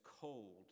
cold